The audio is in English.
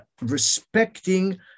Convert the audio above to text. respecting